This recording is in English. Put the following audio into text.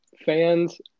fans